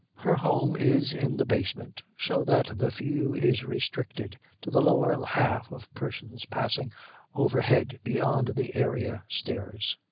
her home is in the basement, so that the view is restricted to the lower half of persons passing overhead beyond the area stairs.